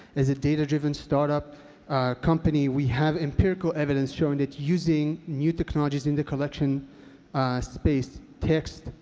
as a data-driven startup company, we have empirical evidence showing that using new technologies in the collection space text,